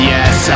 Yes